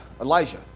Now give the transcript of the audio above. Elijah